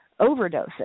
overdoses